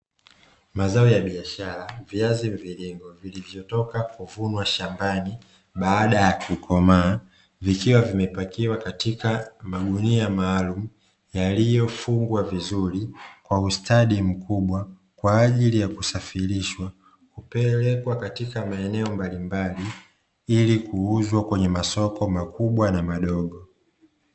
Mazao ya biashara viazi mviringo vilivyotoka kuvunwa shambani baada ya kukomaa, vikiwa vimepakiwa katika magunia maalum yaliyofungwa vizuri kwa ustadi mkubwa. Kwa ajili ya kusafirishwa kupelekwa katika maeneo mbalimbali, ili kuuzwa kwenye masoko makubwa na madogo.